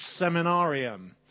seminarium